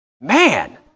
man